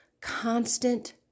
constant